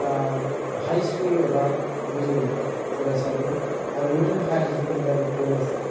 high school एबा गोजौ फरायसालि आरो बे बायदिनो हायेर सेकेन्दारि कलेज